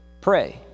pray